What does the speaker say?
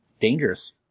dangerous